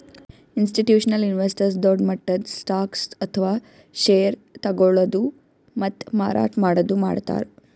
institutional investors ದೊಡ್ಡ್ ಮಟ್ಟದ್ stocks ಅಥವಾ ಷೇರ್ ತಗೋಳದು ಮತ್ತ್ ಮಾರಾಟ್ ಮಾಡದು ಮಾಡ್ತಾರ್